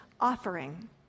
offering